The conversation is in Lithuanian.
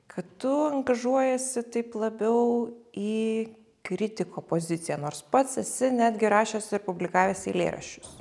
kad tu angažuojiesi taip labiau į kritiko poziciją nors pats esi netgi rašęs ir publikavęs eilėraščius